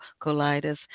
colitis